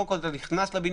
קודם כל, אתה נכנס לבניין.